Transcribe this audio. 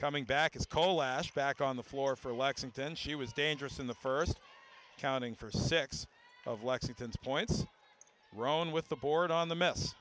coming back is coal ash back on the floor for lexington she was dangerous in the first counting for six of lexington's points rone with the board on the mess